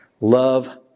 love